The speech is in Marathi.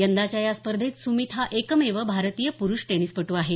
यंदाच्या या स्पर्धेत सुमीत हा एकमेव भारतीय प्रुष टेनिसपट्ट आहे